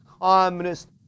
Communist